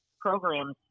programs